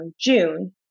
June